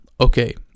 okay